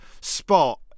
spot